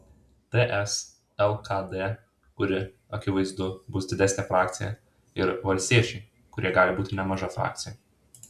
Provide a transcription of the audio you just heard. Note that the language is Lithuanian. ts lkd kuri akivaizdu bus didelė frakcija ir valstiečiai kurie gali būti nemaža frakcija